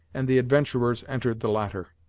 and the adventurers entered the latter.